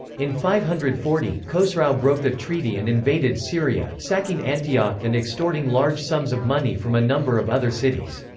in five hundred and forty, khosrau broke the treaty and invaded syria, sacking antioch and extorting large sums of money from a number of other cities.